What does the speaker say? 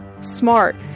smart